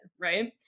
right